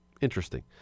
Interesting